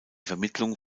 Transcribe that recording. vermittlung